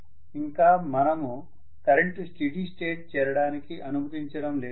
ఇంకా మనము current steady state చేరడానికి అనుమతించడం లేదు